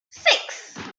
six